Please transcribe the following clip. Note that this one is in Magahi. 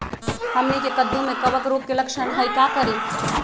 हमनी के कददु में कवक रोग के लक्षण हई का करी?